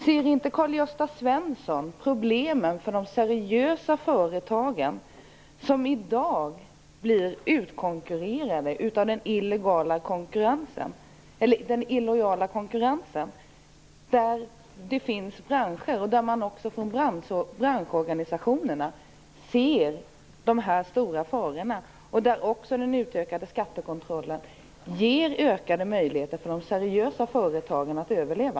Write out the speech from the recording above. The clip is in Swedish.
Ser inte Karl-Gösta Svenson problemen för de seriösa företagen, som i dag blir utkonkurrerade av den illojala konkurrensen? Från branschorganisationerna ser man stora faror. Den utökade skattekontrollen ger ökade möjligheter för de seriösa företagen att överleva.